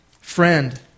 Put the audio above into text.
Friend